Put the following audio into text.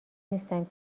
نیستم